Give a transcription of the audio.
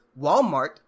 Walmart